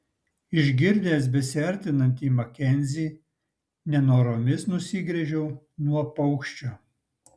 išgirdęs besiartinantį makenzį nenoromis nusigręžiau nuo paukščio